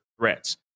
threats